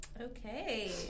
okay